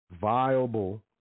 viable